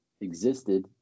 existed